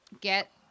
get